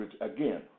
again